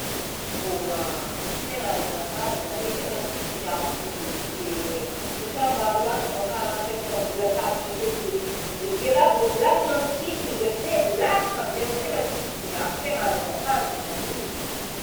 Oa tegna azafady lahy tegna tsy kiniako izy teo satria maro loatra baka raha mipetraka ambony latabatra ake de izy aveke la- lasana amy sisiny izy avy te latsaka amizay tegna tsy kiniako tena azafady lah e.